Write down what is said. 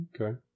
Okay